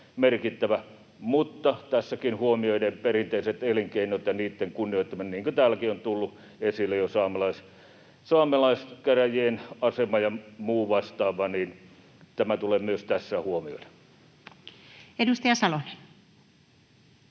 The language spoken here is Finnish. mutta tässäkin huomioiden perinteiset elinkeinot ja niitten kunnioittaminen, niin kuin täälläkin on tullut esille jo, saamelaiskäräjien asema ja muu vastaava tulee myös tässä huomioida. [Speech